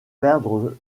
perdre